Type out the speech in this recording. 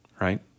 Right